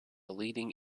leading